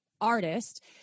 artist